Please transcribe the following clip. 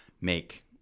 make